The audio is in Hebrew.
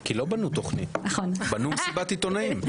כי לא בנו תוכנית, בנו מסיבת עיתונאים.